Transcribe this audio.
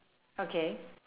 okay